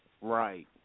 Right